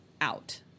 out